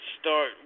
start